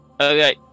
Okay